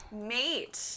Mate